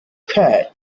curd